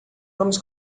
vamos